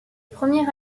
premier